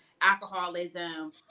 alcoholism